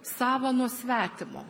savą nuo svetimo